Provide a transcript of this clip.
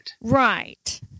Right